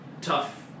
tough